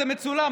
זה מצולם.